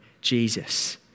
Jesus